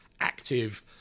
active